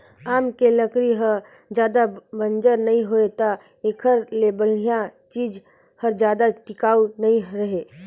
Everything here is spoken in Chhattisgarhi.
आमा के लकरी हर जादा बंजर नइ होय त एखरे ले बड़िहा चीज हर जादा टिकाऊ नइ रहें